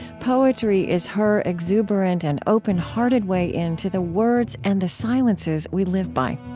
poetry is her exuberant and open-hearted way into the words and the silences we live by.